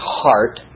heart